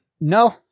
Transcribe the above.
no